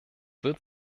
wird